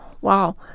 wow